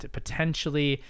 potentially